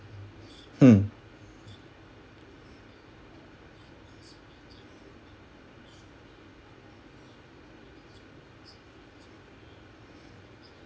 hmm